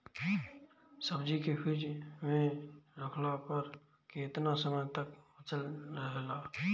सब्जी के फिज में रखला पर केतना समय तक बचल रहेला?